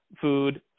food